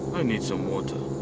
i need some water.